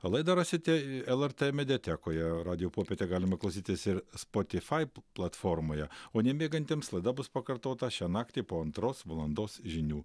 laidą rasite lrt mediatekoje radijo popietė galima klausytis ir spotifai platformoje o nemiegantiems laida bus pakartota šią naktį po antros valandos žinių